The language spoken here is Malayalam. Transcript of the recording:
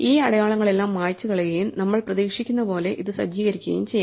ഈ അടയാളങ്ങളെല്ലാം മായ്ച്ചുകളയുകയും നമ്മൾ പ്രതീക്ഷിക്കുന്നതുപോലെ ഇത് സജ്ജീകരിക്കുകയും ചെയ്യാം